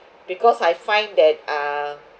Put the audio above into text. because I find that uh